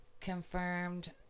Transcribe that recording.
confirmed